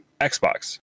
Xbox